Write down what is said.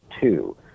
two